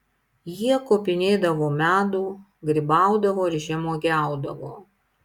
jie kopinėdavo medų grybaudavo ir žemuogiaudavo